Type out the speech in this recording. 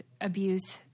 abuse